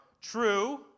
true